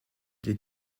des